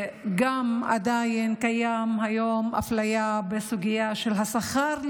עדיין קיימת היום אפליה בסוגיה של השכר,